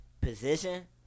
position